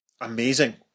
amazing